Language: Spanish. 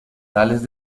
tales